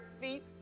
feet